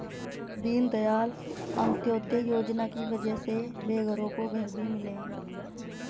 दीनदयाल अंत्योदय योजना की वजह से बेघरों को घर भी मिले हैं